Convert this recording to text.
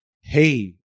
hey